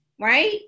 right